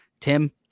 Tim